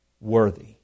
worthy